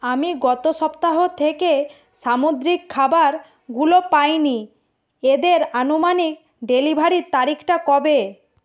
আমি গত সপ্তাহ থেকে সামুদ্রিক খাবারগুলো পাইনি এদের আনুমানিক ডেলিভারির তারিখটা কবে